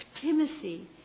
Timothy